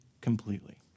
completely